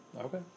Okay